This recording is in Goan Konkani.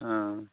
आं